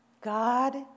God